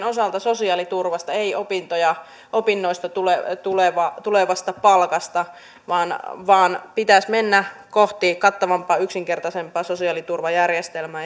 osalta myöskin sosiaaliturvasta ei opinnoista tulevasta palkasta vaan vaan pitäisi mennä kohti kattavampaa yksinkertaisempaa sosiaaliturvajärjestelmää